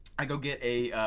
i go get a.